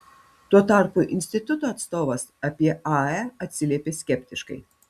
tuo tarpu instituto atstovas apie ae atsiliepė skeptiškai